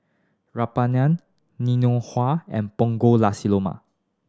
rempeyek Ngoh Hiang and Punggol Nasi Lemak